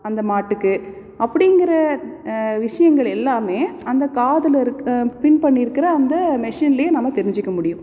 அந்த மாட்டுக்கு அப்படிங்கிற விஷயங்கள் எல்லாமே அந்த காதில் இருக் பின் பண்ணியிருக்கற அந்த மிஷன்லே நம்ம தெரிஞ்சுக்க முடியும்